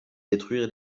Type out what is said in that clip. détruire